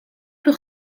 pour